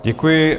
Děkuji.